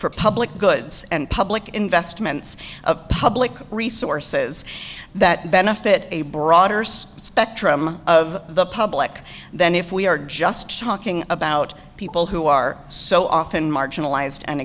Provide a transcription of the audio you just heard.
for public goods and public investments of public resources that benefit a broader spectrum of the public than if we are just talking about people who are so often marginalized and